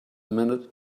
minute